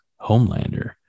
Homelander